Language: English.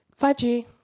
5G